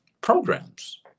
Programs